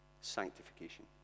sanctification